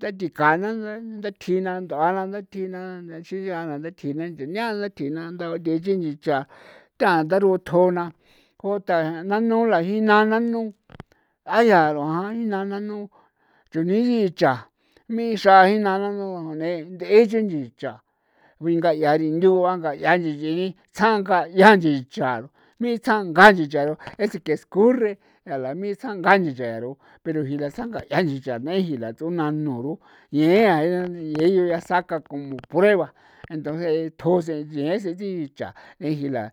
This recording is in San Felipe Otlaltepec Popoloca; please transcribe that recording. ta tikan na nda ndatjina nd'ua na ndathina nd'ua na ixin nyetjina nyania na nyetjin na ndao nch'e n‌chicha ba ta tharothjo na ko ta nanu la jina nanu a yaa aro jina nanu chujni jicha me xra ji na nanu nd'e che ndicha guinga'ia rindu'a nga'ia nchini tsjanga 'ia nchicha mi tsjanga nchicha ese que escurre a la mitsjanga nchicha ru pero jila tsjanga'ia nchi cha nejila ts'una nuru ñen a y ellos ya sacan como prueba jentonce tjosen nchi e ese nchi cha nejila.